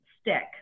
stick